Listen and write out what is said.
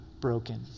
broken